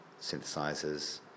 synthesizers